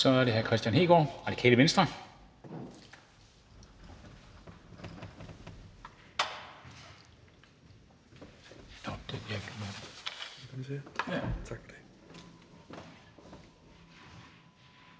Så er det hr. Kristian Hegaard, Radikale Venstre.